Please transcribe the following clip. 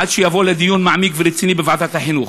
עד שהוא יובא לדיון מעמיק ורציני בוועדת החינוך.